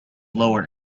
lower